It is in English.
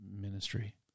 ministry